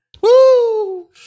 Woo